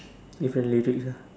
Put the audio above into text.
with the lyrics ah